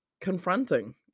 confronting